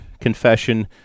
confession